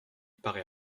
paraît